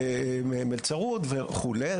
במלצרות וכו'.